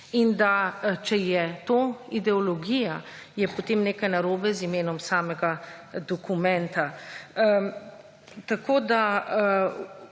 in da, če je to ideologija, je potem nekaj narobe z imenom samega dokumenta. Tako da,